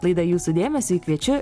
laidą jūsų dėmesiui kviečiu